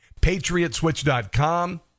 Patriotswitch.com